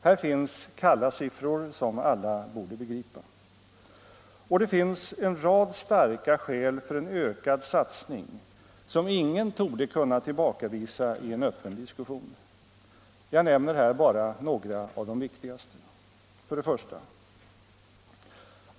Här finns kalla siffror som alla borde begripa. Och det finns en rad starka skäl för en ökad satsning som ingen torde kunna tillbakavisa i en öppen diskussion. Jag nämner här bara några av de viktigaste: 1.